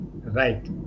Right